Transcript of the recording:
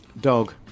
Dog